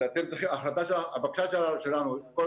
אז הבקשה שלנו היא א',